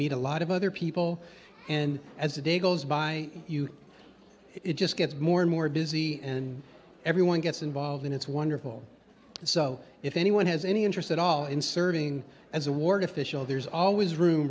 meet a lot of other people and as the day goes by you it just gets more and more busy and everyone gets involved and it's wonderful so if anyone has any interest at all in serving as a ward official there's always room